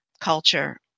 culture